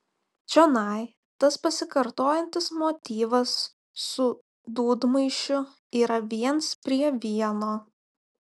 čionai tas pasikartojantis motyvas su dūdmaišiu yra viens prie vieno